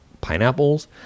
pineapples